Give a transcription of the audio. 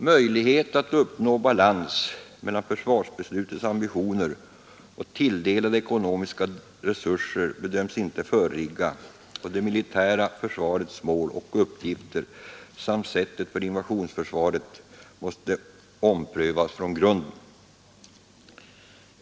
Möjlighet att uppnå balans mellan försvarsbeslutets ambitioner och tilldelade ekonomiska resurser bedöms inte föreligga, och det militära försvarets mål och uppgifter samt sättet för invasionsförsvaret måste omprövas från grunden.